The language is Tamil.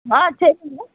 ஆ சரிங்க மேம்